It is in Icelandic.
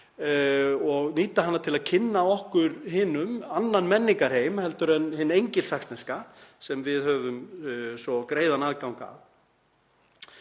og nýta hana til að kynna okkur hinum annan menningarheim heldur en hinn engilsaxneska sem við höfum svo greiðan aðgang að.